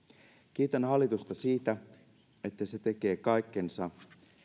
kiitän hallitusta siitä että se tekee kaikkensa